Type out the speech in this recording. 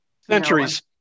Centuries